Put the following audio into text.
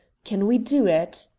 can we do it?